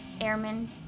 airmen